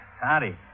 Howdy